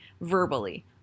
verbally